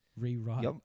rewrite